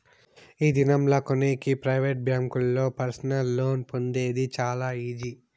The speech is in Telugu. ఈ దినం లా కొనేకి ప్రైవేట్ బ్యాంకుల్లో పర్సనల్ లోన్ పొందేది చాలా ఈజీ